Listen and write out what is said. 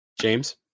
James